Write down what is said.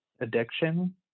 addiction